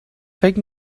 فکر